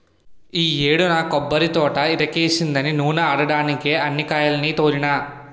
ఈ యేడు నా కొబ్బరితోట ఇరక్కాసిందని నూనే ఆడడ్డానికే అన్ని కాయాల్ని తోలినా